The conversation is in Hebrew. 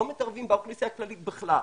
לא מתערבים באוכלוסייה הכללית בכלל,